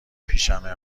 پیشمه